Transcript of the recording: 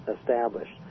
established